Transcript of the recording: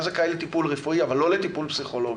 הוא היה זכאי לטיפול רפואי אבל לא לטיפול פסיכולוגי,